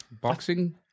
Boxing